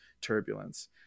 turbulence